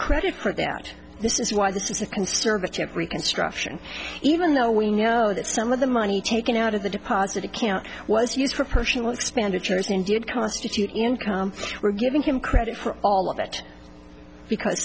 credit for that this is why this is a conservative reconstruction even though we know that some of the money taken out of the deposit account was used for her she was expenditures indeed constitute income we're giving him credit for all of it because